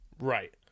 Right